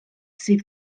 sydd